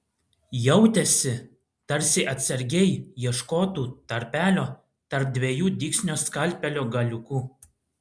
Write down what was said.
jautėsi tarsi atsargiai ieškotų tarpelio tarp dviejų dygsnių skalpelio galiuku